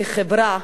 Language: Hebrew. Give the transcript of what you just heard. כחברה,